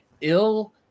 ill